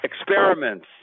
Experiments